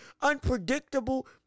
unpredictable